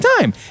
time